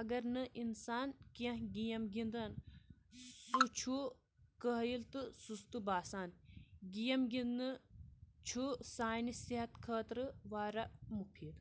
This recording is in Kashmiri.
اگر نہٕ اِنسان کینٛہہ گیم گِنٛدَن سُہ چھُ کٲہِل تہٕ سُستہٕ باسان گیم گِنٛدنہٕ چھُ سانہِ صحت خٲطرٕ واریاہ مُفیٖد